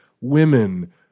women